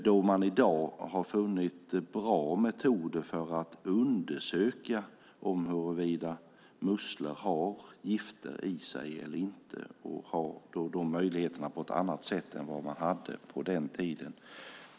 I dag har man funnit bra metoder för att undersöka om musslor har gifter i sig eller inte. Därför har man möjligheter på ett annat sätt än vad man hade på den tiden.